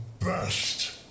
best